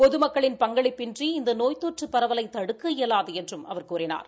பொதுமக்களின் பங்களிப்பின்றி இந்த நோய் தொற்று பரவலை தடுக்க இயலாது என்றும் அவர் கூறினார்